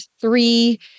three